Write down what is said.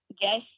yes